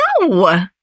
No